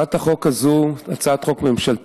הצעת החוק הזאת היא הצעת חוק ממשלתית,